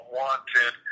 wanted